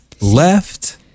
left